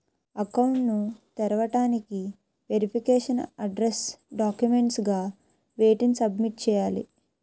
Account ను తెరవటానికి verification address documents గా వేటిని సబ్మిట్ చేయాలి?